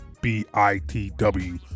B-I-T-W